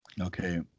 Okay